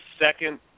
second